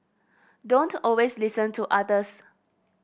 don't always listen to others